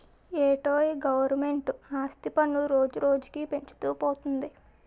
ఏటో ఈ గవరమెంటు ఆస్తి పన్ను రోజురోజుకీ పెంచుతూ పోతంది